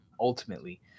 ultimately